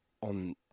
on